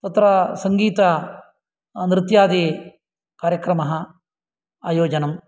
तत्र सङ्गीतनृत्यादि कार्यक्रमाः आयोजनम्